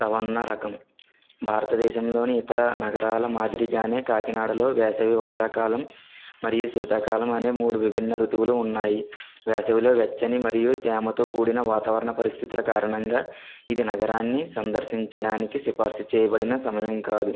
సవర్ణ రకం భారతదేశంలోని ఇతర నగరాల మాదిరిగానే కాకినాడలో వేసవి వర్షాకాలం మరియు శీతాకాలం అనే మూడు విభిన్నమైన ఋతువులు ఉన్నాయి వేసవిలో వెచ్చని మరియు తేమతో కూడిన వాతావరణ పరిస్థితుల కారణంగా ఇది నగరాన్ని సందర్శించడానికి సిఫారసు చేయబడిన సమయం కాదు